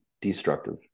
destructive